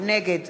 נגד